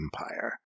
Empire